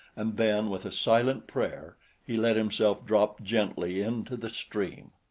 and then with a silent prayer he let himself drop gently into the stream.